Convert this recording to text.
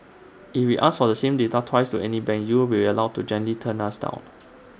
if we ask for the same data twice to any banks you will be allowed to gently turn us down